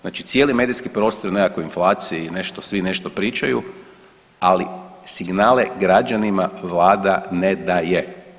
Znači cijeli medijski prostor o nekakvoj inflaciji i nešto, svi nešto pričaju ali signale građanima Vlada ne daje.